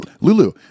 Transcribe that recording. Lulu